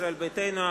ישראל ביתנו,